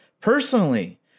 personally